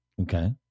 Okay